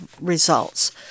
results